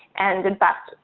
and and fact,